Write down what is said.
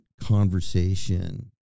conversation